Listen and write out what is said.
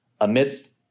amidst